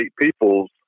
Peoples